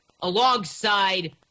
alongside